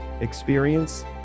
experience